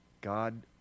God